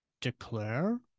declare